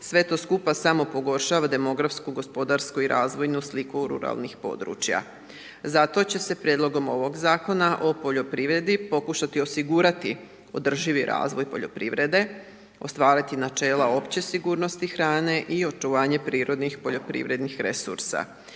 sve to skupa samo pogoršava demografsku, gospodarsku i razvojnu sliku ruralnih područja. Zato će se prijedlogom ovog Zakona o poljoprivredi pokušati osigurati održivi razvoj poljoprivrede, ostvariti načela opće sigurnosti hrane i očuvanje prirodnih poljoprivrednih resursa.